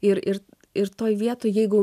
ir ir ir toj vietoj jeigu